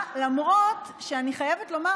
למרות שאני חייבת לומר